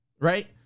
right